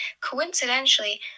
coincidentally